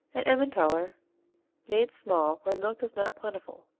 an emmentaler made small where milk is not plentiful.